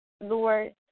Lord